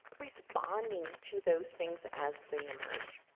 responding to those things as they emerge.